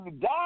die